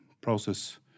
process